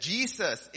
Jesus